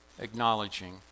acknowledging